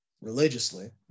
religiously